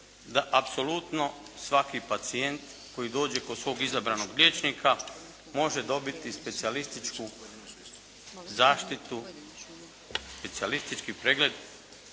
da apsolutno svaki pacijent koji dođe kod svog izabranog liječnika može dobiti specijalističku zaštitu, specijalistički pregled,